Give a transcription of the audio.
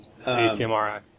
ATMRI